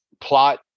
plot